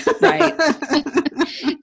Right